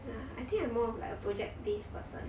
ya I think I more of like a project based person